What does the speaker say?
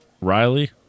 Riley